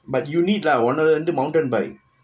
but you need lah உன்னோட வந்து:unnoda vanthu mountain bike